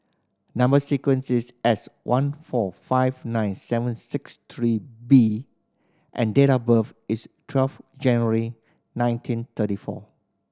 number sequence is S one four five nine seven six three B and date of birth is twelve January nineteen thirty four